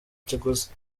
kiguzi